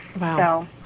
Wow